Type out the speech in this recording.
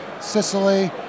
Sicily